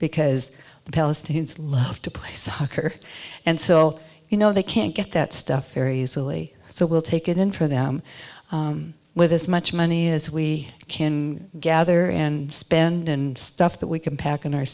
because the palestinians love to play soccer and so you know they can't get that stuff very easily so we'll take it in for them with as much money as we can gather and spend and stuff that we can pack in our